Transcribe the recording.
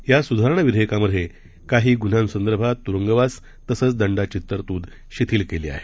या सुधारणा विधेयकामध्ये काही गुन्ह्यासंदर्भात तुरुंगवास तसंच दंडाची तरतूद शिथिल करण्यात आली आहे